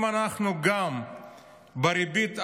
אם אנחנו גם בריבית 4.75%,